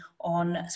on